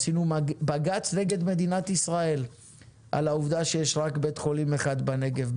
עשינו בג"צ נגד מדינת ישראל על העובדה שיש רק בית חולים אחד בנגב,